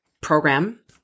program